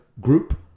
group